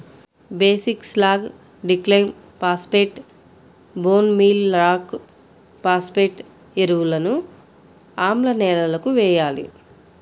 basic slag, డిక్లైమ్ phosphate, bone meal rock phosphate ఎరువులను ఆమ్ల నేలలకు వేయాలి